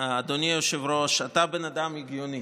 אדוני היושב-ראש, אתה בן אדם הגיוני.